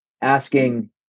asking